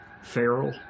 feral